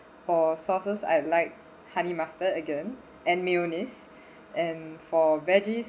for sauces I like honey mustard again and mayonnaise and for veggies